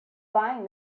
buying